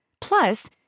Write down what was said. Plus